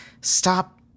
stop